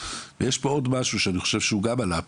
ויש פה עוד משהו שאני חושב שהוא גם עלה פה.